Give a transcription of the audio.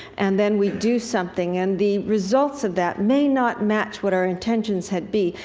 and then we do something. and the results of that may not match what our intentions had been.